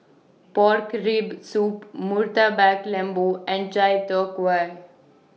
Pork Rib Soup Murtabak Lembu and Chai Tow Kuay